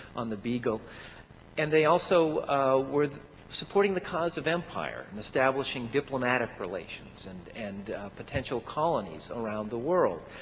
on the beagle and they also were supporting the cause of empire and establishing diplomatic relations and and potential colonies around the world.